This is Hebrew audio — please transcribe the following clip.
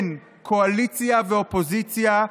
כן קואליציה ואופוזיציה,